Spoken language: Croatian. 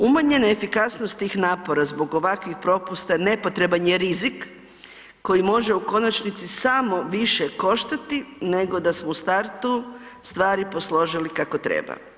Umanjena efikasnost tih napora zbog ovakvih propusta nepotreban je rizik koji može u konačnici samo više koštati nego da smo u startu stvari posložili kako treba.